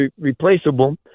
replaceable